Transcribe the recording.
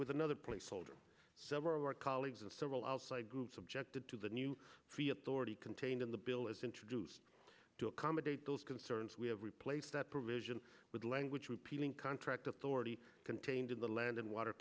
with another placeholder several of our colleagues of several outside groups objected to the new fee authority contained in the bill as introduced to accommodate those concerns we have replaced that provision with language repealing contract authority contained in the land and water